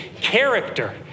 Character